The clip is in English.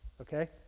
okay